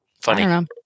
funny